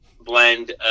blend